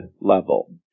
level